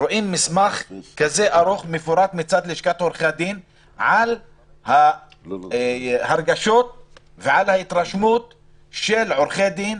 רואים מסמך כזה ארוך ומפורט מצד לשכת עורכי הדין על הרושם של עורכי דין,